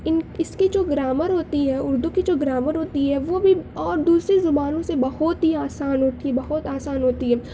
ان اس کی جو گرامر ہوتی ہے اردو کی جو گرامر ہوتی ہے وہ بھی اور دوسری زبانوں سے بہت ہی آسان ہوتی ہے بہت آسان ہوتی ہے